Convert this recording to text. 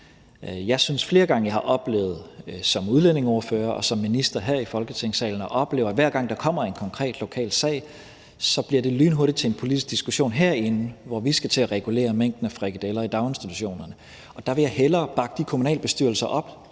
Jeg synes, at jeg flere gange som udlændingeordfører og som minister her i Folketingssalen har oplevet, at hver gang der kommer en konkret lokal sag, bliver det lynhurtigt til en politisk diskussion herinde, hvor vi skal til at regulere mængden af frikadeller i daginstitutionerne. Der vil jeg hellere bakke de kommunalbestyrelser,